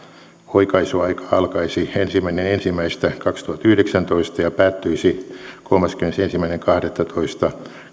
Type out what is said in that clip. oikaisuaika alkaisi ensimmäinen ensimmäistä kaksituhattayhdeksäntoista ja päättyisi kolmaskymmenesensimmäinen kahdettatoista